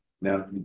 Now